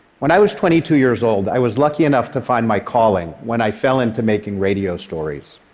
when i was twenty two years old, i was lucky enough to find my calling when i fell into making radio stories.